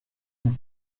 une